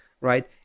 right